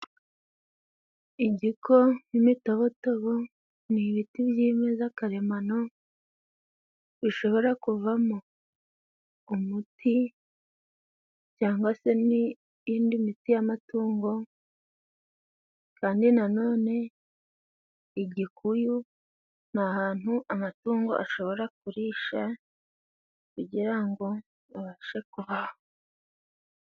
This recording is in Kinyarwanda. Igiko n'imitobotobo ni ibiti byimeza karemano bishobora kuvamo umuti cyangwa se n'iyindi miti y'amatungo kandi na none igikuyu ni ahantu amatungo ashobora kurisha kugira ngo abashe kubaho.